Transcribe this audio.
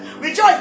Rejoice